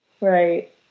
Right